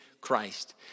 Christ